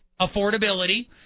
affordability